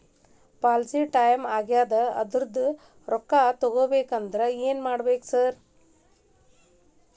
Policy time ಆಗ್ಯಾದ ಅದ್ರದು ರೊಕ್ಕ ತಗಬೇಕ್ರಿ ಏನ್ ಮಾಡ್ಬೇಕ್ ರಿ ಸಾರ್?